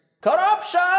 Corruption